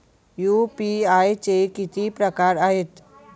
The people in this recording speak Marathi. यू.पी.आय चे किती प्रकार आहेत?